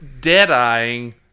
dead-eyeing